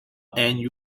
end